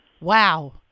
Wow